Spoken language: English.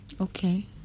Okay